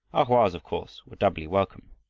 a hoa's of course, were doubly welcome.